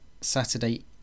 Saturday